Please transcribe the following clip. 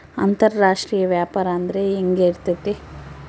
ಅಂತರಾಷ್ಟ್ರೇಯ ವ್ಯಾಪಾರ ಅಂದ್ರೆ ಹೆಂಗಿರ್ತೈತಿ?